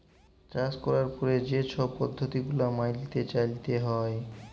চাষ ক্যরার পরে যে ছব পদ্ধতি গুলা ম্যাইলে চ্যইলতে হ্যয়